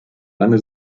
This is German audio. lange